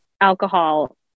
alcohol